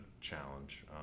challenge